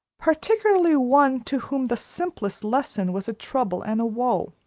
particularly one to whom the simplest lesson was a trouble and a woe.